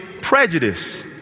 prejudice